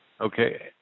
Okay